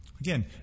Again